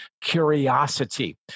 curiosity